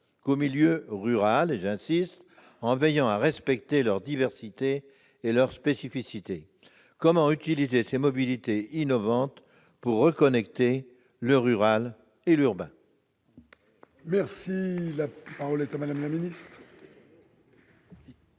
qu'au milieu rural- et j'insiste -, en veillant à respecter leur diversité et leurs spécificités ? Comment utiliser ces mobilités innovantes pour reconnecter le rural et l'urbain ? La parole est à Mme la ministre.